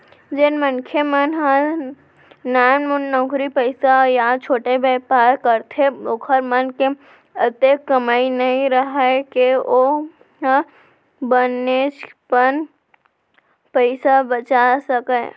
जेन मनखे मन ह नानमुन नउकरी पइसा या छोटे बयपार करथे ओखर मन के अतेक कमई नइ राहय के ओ ह बनेचपन पइसा बचा सकय